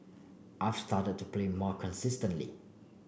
I've started to play more consistently